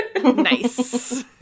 nice